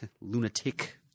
lunatic